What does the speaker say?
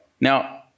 Now